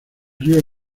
río